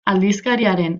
aldizkariaren